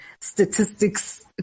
statistics